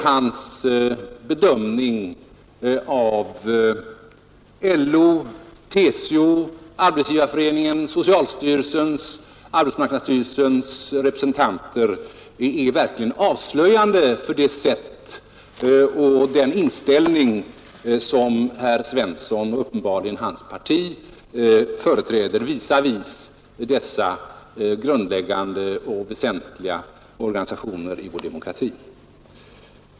Hans bedömning av LO:s, TCO:s, Arbetetsgivareföreningens, socialstyrelsens och arbetsmarknadsstyrelsens representanter är verkligen avslöjande för den inställning som herr Svensson och uppenbarligen hans parti företräder visavi dessa grundläggande och väsentliga organisationer i vår demokrati.